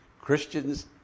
Christians